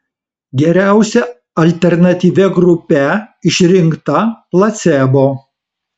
geriausia alternatyvia grupe išrinkta placebo